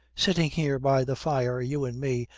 sitting here by the fire, you and me,